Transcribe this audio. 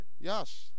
Yes